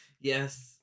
Yes